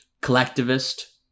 collectivist